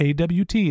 AWT